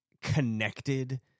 Connected